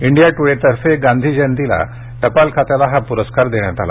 India ट्रडे तर्फे गांधी जयंतीला टपाल खात्याला हा प्रस्कार देण्यात आला